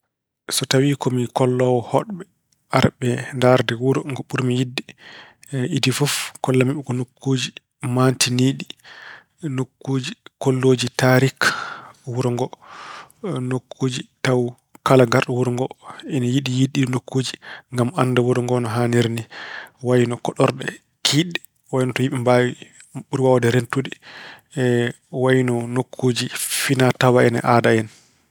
So tawi ko kolloowo hoɗɓe, arɓe ndaarde wuro ngo ɓurmi yiɗde, idii fof kollam mi ko nokkuuji maantinii. Nokkuuji kollooji tarik wuro ngo. Nokkuuji tawa kala ngarɗo wuro ngo ina yiɗi yiyde ɗiin nokkuuji ngam annda wuro ngo no haaniri ni, ko wayino koɗorɗe kiiɗɗe, wayino to yimɓe ɓuri waawde rentude, wayino nokkuuji finaa-tawaa en e aada en.